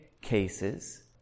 cases